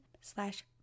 slash